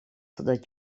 dat